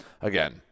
Again